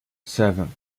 seven